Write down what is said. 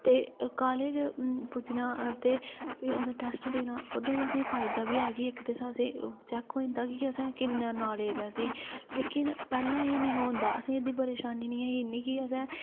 ते कॉलेज पुज्जना असें टैस्ट देना ते ओह्दा असें गी फायदा बी ऐ कि चैक होई जंदा कि असैं गी किन्ना नॉलेज ऐ पैह्लै एह् निही होंदा असैं एह् परेशानी निही कि